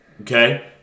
Okay